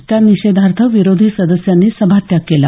त्या निषेधार्थ विरोधी सदस्यांनी सभात्याग केला